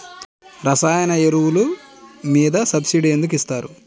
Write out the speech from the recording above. రసాయన ఎరువులు మీద సబ్సిడీ ఎందుకు ఇస్తారు?